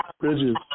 Bridges